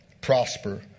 prosper